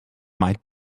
might